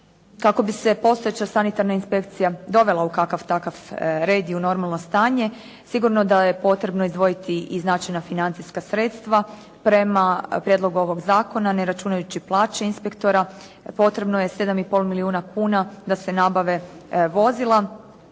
Kako bi se postojeća sanitarna inspekcija dovela u kakav-takav red i u normalno stanje, sigurno da je potrebno izdvojiti i značajna financijska sredstva. Prema prijedlogu ovog zakona, ne računajući plaće inspektora, potrebno je 7 i pol milijuna kuna da se nabave vozila